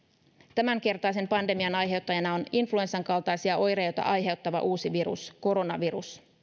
tämänkertaisen pandemian aiheuttajana on influenssan kaltaisia oireita aiheuttava uusi virus koronavirus